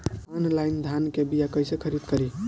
Online धान के बीया कइसे खरीद करी?